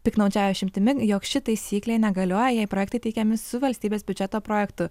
piktnaudžiauja išimtimi jog ši taisyklė negalioja jei projektai teikiami su valstybės biudžeto projektu